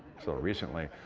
so recently.